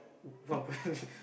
one point